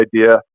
idea